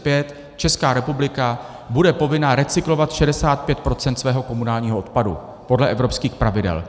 V roce 2035 Česká republika bude povinna recyklovat 65 % svého komunálního odpadu podle evropských pravidel.